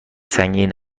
سنگین